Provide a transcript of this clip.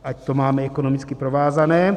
Ať to máme ekonomicky provázané.